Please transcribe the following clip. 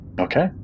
Okay